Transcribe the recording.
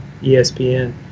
ESPN